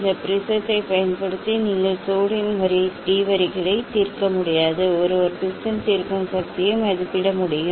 இந்த ப்ரிஸைப் பயன்படுத்தி நீங்கள் சோடியம் டி வரிகளை தீர்க்க முடியாது ஒருவர் ப்ரிஸின் தீர்க்கும் சக்தியை மதிப்பிட முடியும்